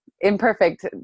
imperfect